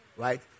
Right